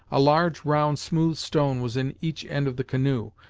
a large, round, smooth stone was in each end of the canoe,